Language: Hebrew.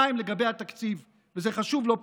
שנית, לגבי התקציב, וזה חשוב לא פחות,